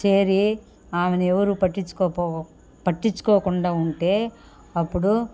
చేరీ ఆమెను ఎవరు పట్టించుకోకపో పట్టించుకోకుండా ఉంటే అప్పుడు